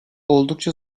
oldukça